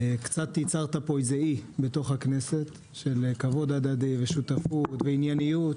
קצת ייצרת פה אי בכנסת של כבוד הדדי ושותפות וענייניות.